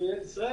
בישראל,